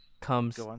comes